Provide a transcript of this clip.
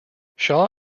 shaw